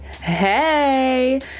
hey